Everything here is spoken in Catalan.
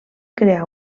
crear